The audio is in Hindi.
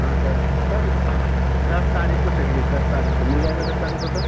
हाँ सर सर दस तारीख को चाहिए दस तारीख को मिल जाएगा दस तारीख को सर